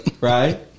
Right